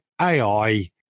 AI